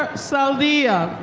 ah saldia.